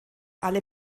alle